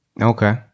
Okay